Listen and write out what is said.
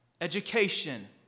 education